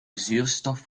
zuurstof